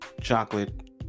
chocolate